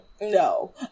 no